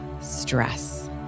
stress